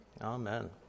Amen